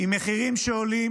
עם מחירים שעולים